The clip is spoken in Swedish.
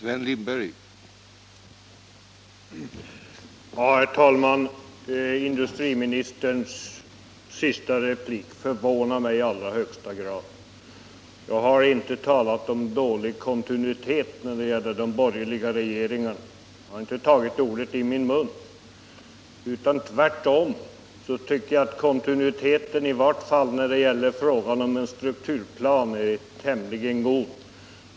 Herr talman! Industriministerns senaste replik förvånade mig i högsta grad. Jag har inte talat om dålig kontinuitet när det gäller de borgerliga regeringarna. Jag har inte tagit de orden i min mun. Tvärtom tycker jag att kontinuiteten, i varje fall när det gäller frågan om en strukturplan, är ganska god.